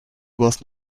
was